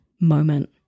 moment